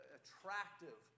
attractive